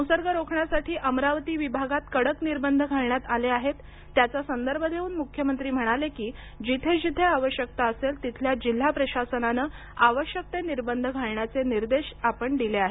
संसर्ग रोखण्यासाठी अमरावती विभागात कडक निर्बंध घालण्यात आले आहेत त्याचा संदर्भ देऊन म्ख्यमंत्री म्हणाले की जिथे जिथे आवश्यकता असेल तिथल्या जिल्हा प्रशासनाने आवश्यक ते निर्बंध घालण्याचे निर्देश आपण दिले आहेत